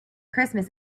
christmas